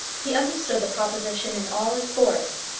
he understood the proposition in all its force.